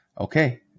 Okay